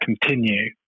continue